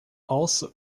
also